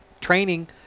training